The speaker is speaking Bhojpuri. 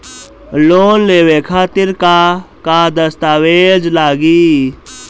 लोन लेवे खातिर का का दस्तावेज लागी?